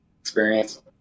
experience